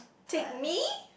take me